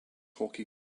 hockey